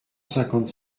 cinquante